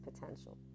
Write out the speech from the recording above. potential